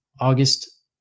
August